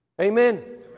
Amen